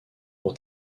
pour